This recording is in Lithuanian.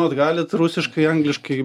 bet galit rusiškai angliškai